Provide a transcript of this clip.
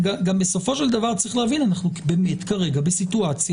בסופו של דבר צריך להבין שאנחנו באמת כרגע בסיטואציה.